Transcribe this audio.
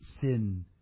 sin